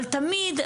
אבל תמיד,